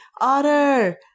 Otter